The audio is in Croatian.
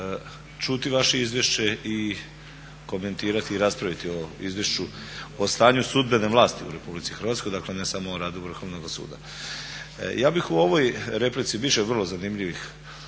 čuti vaše izvješće i komentirati i raspraviti o izvješću o stanju sudbene vlasti u RH, dakle ne samo o radu Vrhovnoga suda. Ja bih u ovoj replici, biti će vrlo zanimljivih,